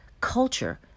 culture